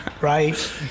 right